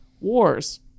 wars